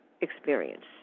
experience